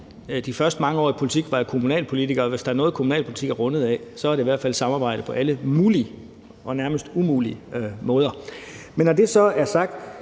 De første mange år i politik var jeg kommunalpolitiker, og hvis der er noget, kommunalpolitik er rundet af, så er det i hvert fald samarbejde på alle mulige og nærmest umulige måder. Når det så er sagt,